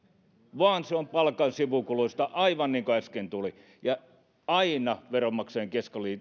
vaan se on palkan sivukuluista aivan niin kuin äsken tuli ja aina veronmaksajain